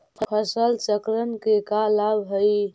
फसल चक्रण के का लाभ हई?